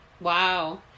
Wow